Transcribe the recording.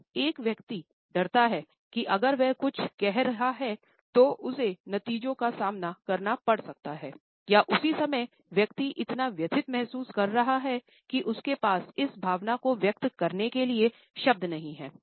वह व्यक्ति डरता है कि अगर वह कुछ कह रही है तो उसे नतीजों का सामना करना पड़ सकता है या उसी समय व्यक्ति इतना व्यथित महसूस कर रहा है कि उसके पास इस भावना को व्यक्त करने के लिए शब्द नहीं हैं